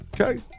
Okay